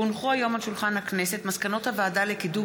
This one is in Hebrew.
כי הונחו היום על שולחן הכנסת מסקנות הוועדה לקידום